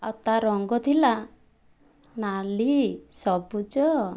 ଆଉ ତା' ରଙ୍ଗ ଥିଲା ନାଲି ସବୁଜ